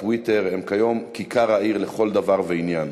הטוויטר הם כיום כיכר העיר לכל דבר ועניין,